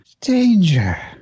danger